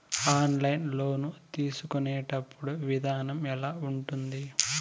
online loan తీసుకునేటప్పుడు విధానం ఎలా ఉంటుంది